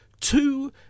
two